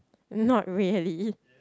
not really